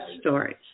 Stories